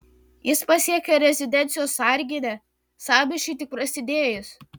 jis pasiekė rezidencijos sarginę sąmyšiui tik prasidėjus